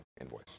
invoice